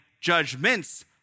judgments